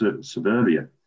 suburbia